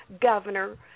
governor